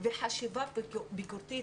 וחשיבה ביקורתית,